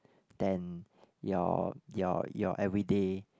than your your your every day